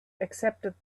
accepted